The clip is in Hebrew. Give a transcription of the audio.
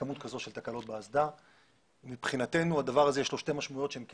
לכן נדאג למזער את זה בשיתוף פעולה עם נובל, וגם,